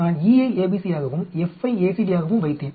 நான் E ஐ ABC ஆகவும் F ஐ ACD ஆகவும் வைத்தேன்